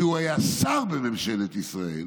שהוא היה שר בממשלת ישראל